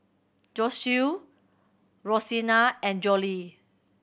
Josue Rosina and Jolie